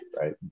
right